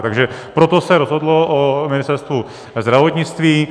Takže proto se rozhodlo o Ministerstvu zdravotnictví.